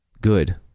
good